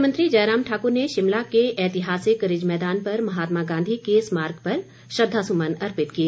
मुख्यमंत्री जयराम ठाकुर ने शिमला के ऐतिहासिक रिज मैदान पर महात्मा गांधी के स्मारक पर श्रद्धासुमन अर्पित किए